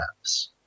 maps